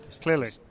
Clearly